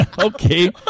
okay